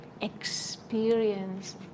experience